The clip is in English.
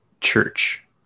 Church